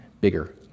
bigger